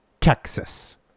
Texas